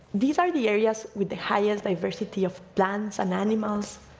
these are the areas with the highest diversity of plants and animals,